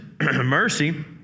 mercy